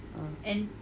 ah